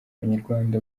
abanyarwanda